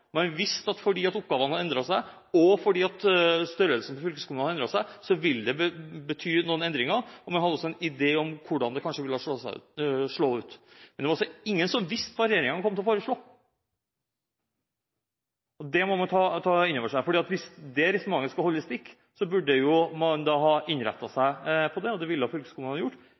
Man visste at fordi oppgavene hadde endret seg, og fordi størrelsen på fylkeskommunene hadde endret seg, ville det bety noen endringer. Man hadde også en idé om hvordan det kanskje ville slå ut. Men det var ingen som visste hva regjeringen kom til å foreslå. Det må man ta inn over seg, for hvis resonnementet skal holde stikk, burde man jo ha innrettet seg etter det, og det ville fylkeskommunene ha gjort.